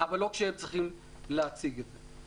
אבל לא כשהם צריכים להציג את זה.